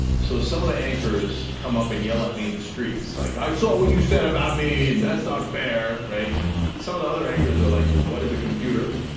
so some of the anchors come up and yell at me in the streets, like, i saw what you said about me. and that's not fair. some of the other anchors are like, what is a computer?